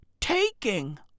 taking